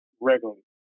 regularly